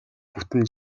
бүтэн